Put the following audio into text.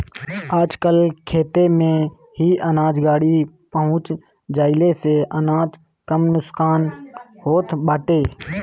आजकल खेते में ही अनाज गाड़ी पहुँच जईले से अनाज कम नुकसान होत बाटे